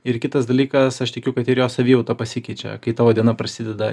ir kitas dalykas aš tikiu kad ir jo savijauta pasikeičia kai tavo diena prasideda